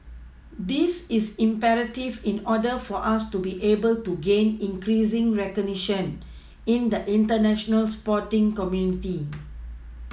this is imperative in order for us to be able to gain increasing recognition in the international sporting community